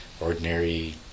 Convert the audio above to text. ordinary